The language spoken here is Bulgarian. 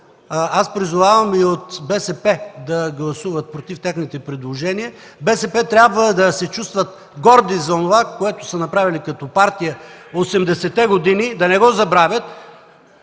Призовавам и от БСП да гласуват против техните предложения. БСП трябва да се чувстват горди за онова, което са направили като партия 80-те години. Да не го забравят.